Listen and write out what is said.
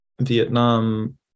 vietnam